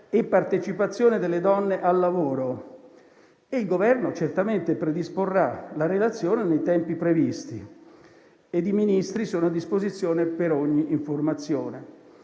la partecipazione delle donne al mercato del lavoro. Il Governo certamente predisporrà la relazione nei tempi previsti e i Ministri sono a disposizione per ogni informazione.